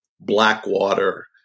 Blackwater